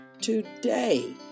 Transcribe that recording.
today